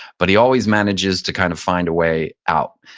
but he always manages to kind of find a way out.